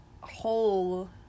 whole